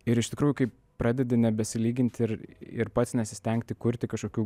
ir iš tikrųjų kai pradedi nebesilygint ir ir pats nesistengti kurti kažkokių